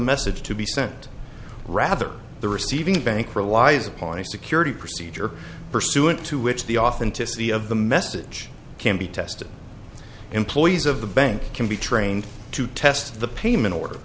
message to be sent rather the receiving bank relies upon a security procedure pursuant to which the authenticity of the message can be tested employees of the bank can be trained to test the payment order